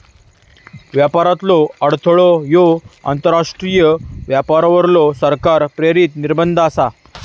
व्यापारातलो अडथळो ह्यो आंतरराष्ट्रीय व्यापारावरलो सरकार प्रेरित निर्बंध आसा